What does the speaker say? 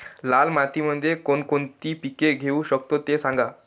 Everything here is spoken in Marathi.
लाल मातीमध्ये कोणकोणती पिके घेऊ शकतो, ते सांगा